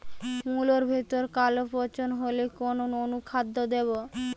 মুলোর ভেতরে কালো পচন হলে কোন অনুখাদ্য দেবো?